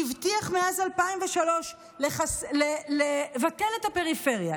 הוא הבטיח מאז 2003 לבטל את הפריפריה,